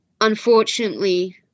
Unfortunately